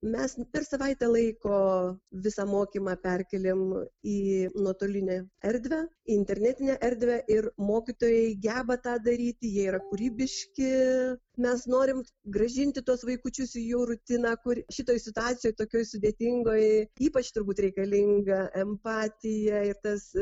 mes per savaitę laiko visą mokymą perkėlėm į nuotolinę erdvę į internetinę erdvę ir mokytojai geba tą daryti jie yra kūrybiški mes norim grąžinti tuos vaikučius į jų rutiną kur šitoj situacijoj tokioj sudėtingoj ypač turbūt reikalinga empatija ir tas